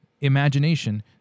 imagination